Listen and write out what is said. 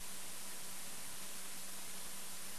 אני רוצה להגיד כאן, אדוני היושב-ראש, בתקשורת